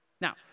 Now